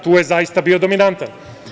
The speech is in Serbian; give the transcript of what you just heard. Tu je zaista bio dominantan.